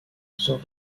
sont